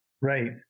Right